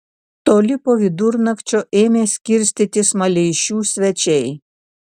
toli po vidurnakčio ėmė skirstytis maleišių svečiai